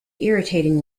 irritating